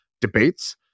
debates